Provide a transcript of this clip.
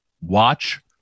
watch